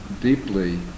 deeply